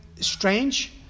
strange